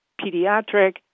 pediatric